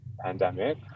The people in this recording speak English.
pandemic